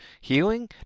healing